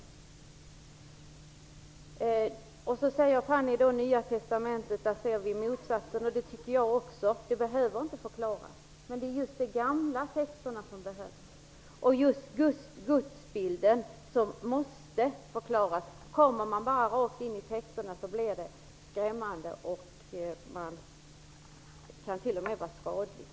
Fanny Rizell säger då att vi i Nya testamentet ser motsatsen, och tycker jag också. Det behöver inte förklaras. Det är just de gamla texterna som behöver förklaras. Gudsbilden måste förklaras. Kommer man bara rakt in i texterna blir det skrämmande, och det kan t.o.m. vara skadligt.